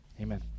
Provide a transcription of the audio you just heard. Amen